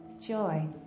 joy